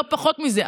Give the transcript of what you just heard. לא פחות מזה.